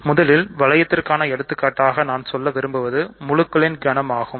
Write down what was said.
எனவே முதலில் வளையத்திற்கு எடுத்துக்காட்டாக நான் சொல்ல விரும்புவது முழுக்களின் கணம் ஆகும்